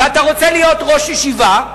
ואתה רוצה להיות ראש ישיבה,